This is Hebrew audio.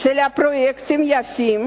של פרויקטים יפים